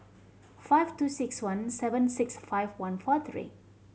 five two six one seven six five one four three